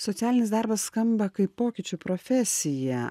socialinis darbas skamba kaip pokyčių profesija